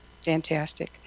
Fantastic